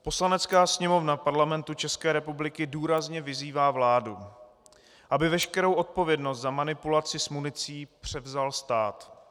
Poslanecká sněmovna Parlamentu České republiky důrazně vyzývá vládu, aby veškerou odpovědnost za manipulaci s municí převzal stát;